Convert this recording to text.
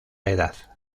edad